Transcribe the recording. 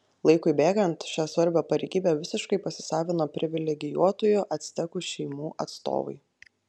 laikui bėgant šią svarbią pareigybę visiškai pasisavino privilegijuotųjų actekų šeimų atstovai